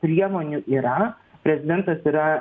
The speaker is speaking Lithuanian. priemonių yra prezidentas yra